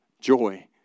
joy